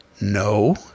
No